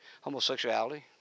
homosexuality